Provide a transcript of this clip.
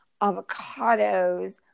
avocados